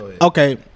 Okay